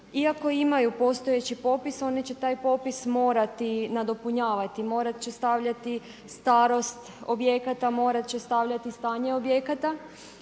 iako imaju postojeći popis one će taj popis morati nadopunjavati, morat će stavljati starost objekat, morat će stavljati stanje objekata.